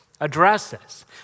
addresses